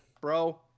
bro